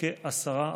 כ-10%.